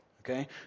Okay